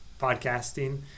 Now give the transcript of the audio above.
podcasting